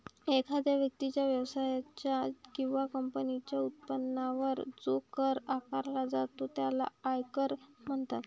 एखाद्या व्यक्तीच्या, व्यवसायाच्या किंवा कंपनीच्या उत्पन्नावर जो कर आकारला जातो त्याला आयकर म्हणतात